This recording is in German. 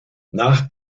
nach